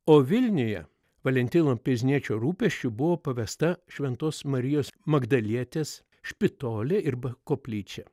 o vilniuje valentino pilzniečio rūpesčiu buvo pavesta šventos marijos magdalietės špitolė arba koplyčia